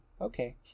Okay